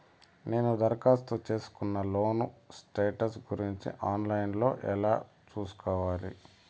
నేను దరఖాస్తు సేసుకున్న లోను స్టేటస్ గురించి ఆన్ లైను లో ఎలా సూసుకోవాలి?